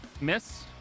Miss